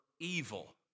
evil